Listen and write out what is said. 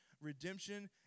Redemption